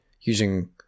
using